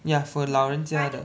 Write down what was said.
ya for 老人家的